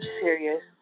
serious